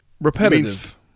repetitive